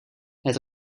het